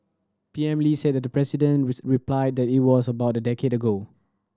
P M Lee said that the president replied that it was about a decade ago